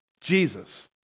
Jesus